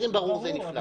אם זה ברור אז נפלא.